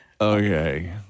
Okay